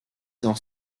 dans